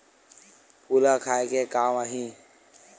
फूल ह खाये के काम आही?